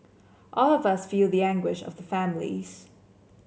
all of us feel the anguish of the families